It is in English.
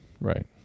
right